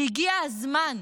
והגיע הזמן,